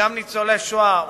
וגם ניצולי שואה,